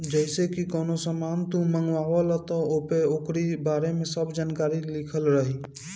जइसे की कवनो सामान तू मंगवल त ओपे ओकरी बारे में सब जानकारी लिखल रहि